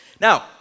Now